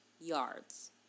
yards